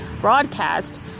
broadcast